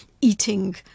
eating